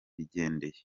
bigendeye